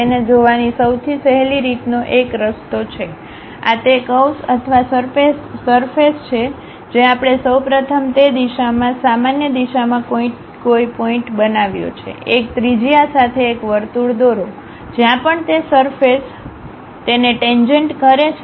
તેને જોવાની સૌથી સહેલી રીતનો એક રસ્તો છે આ તે કર્વ્સ અથવા સરફેસ છે જે આપણે સૌ પ્રથમ તે દિશામાં સામાન્ય દિશામાં કોઈ પોઇન્ટબનાવ્યો છે એક ત્રિજ્યા સાથે એક વર્તુળ દોરો જ્યાં પણ તે સરફેસ તેને ટેન્જેન્ટ કરે છે